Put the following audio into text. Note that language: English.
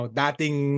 dating